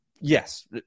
yes